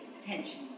attention